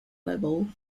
level